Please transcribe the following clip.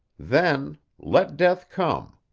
then, let death come!